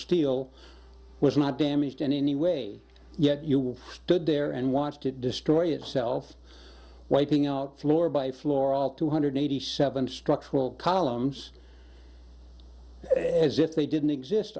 steel was not damaged in any way yet you stood there and watched it destroy itself wiping out floor by floor all two hundred eighty seven structural columns as if they didn't exist